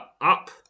up